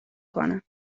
کنم